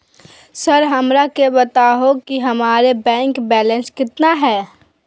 Sir हमरा के बताओ कि हमारे बैंक बैलेंस कितना है?